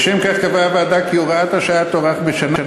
לשם כך קבעה הוועדה כי הוראת השעה תוארך בשנה